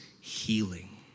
healing